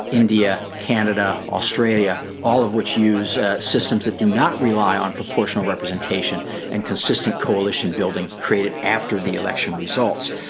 india, canada, australia, all of which use systems that do not rely on proportional representation and consistent coalition building created after the election results.